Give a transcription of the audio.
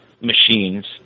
machines